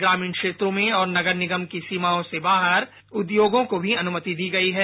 ग्रामीण क्षेत्रों में और नगर निगम की सीमाओं से बाहर उद्योगों को भी अनुमति दी गई है